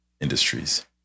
industries